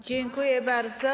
Dziękuję bardzo.